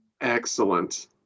Excellent